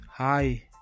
hi